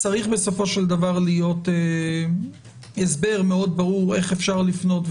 צריך בסופו של דבר להיות הסבר מאוד ברור איך אפשר לפנות,